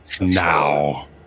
now